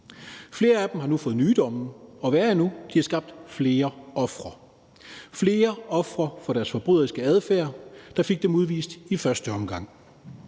Flere af dem har nu fået nye domme, og værre endnu har de skabt flere ofre – flere ofre for deres forbryderiske adfærd, der fik dem udvist i første omgang.